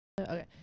Okay